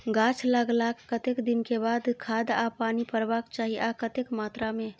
गाछ लागलाक कतेक दिन के बाद खाद आ पानी परबाक चाही आ कतेक मात्रा मे?